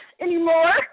anymore